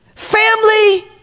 Family